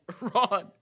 Ron